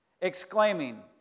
exclaiming